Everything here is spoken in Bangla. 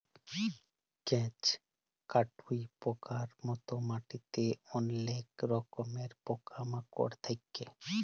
কেঁচ, কাটুই পকার মত মাটিতে অলেক রকমের পকা মাকড় থাক্যে